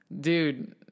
Dude